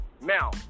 Now